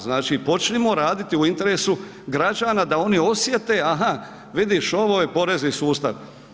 Znači počnimo raditi u interesu građana da oni osjete, aha vidiš ovo je porezni sustav.